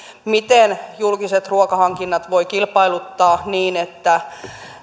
miten julkiset ruokahankinnat voi kilpailuttaa niin että